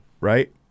right